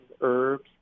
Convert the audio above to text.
herbs